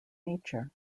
nature